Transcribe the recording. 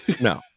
No